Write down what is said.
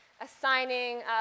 assigning